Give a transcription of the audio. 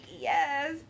Yes